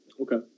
okay